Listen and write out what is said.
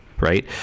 right